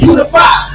Unify